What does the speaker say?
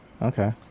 okay